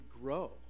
grow